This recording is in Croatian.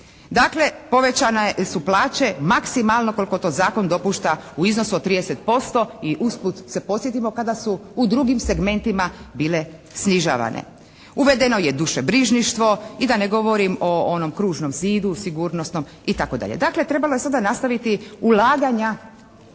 Dakle, povećane su plaće maksimalno koliko to zakon dopušta u iznosu od 30%. I usput se podsjetimo kada su u drugim segmentima bile snižavane. Uvedeno je dušebrižništvo i da ne govorim o onom kružnom zidu sigurnosnom, itd. Dakle, trebalo je sada nastaviti ulaganja